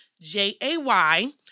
J-A-Y